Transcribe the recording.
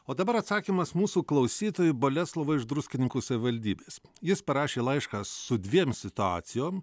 o dabar atsakymas mūsų klausytojui boleslovui iš druskininkų savivaldybės jis parašė laišką su dviem situacijom